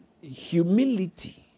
humility